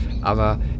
Aber